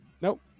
Nope